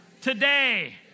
today